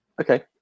Okay